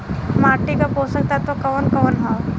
माटी क पोषक तत्व कवन कवन ह?